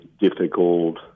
difficult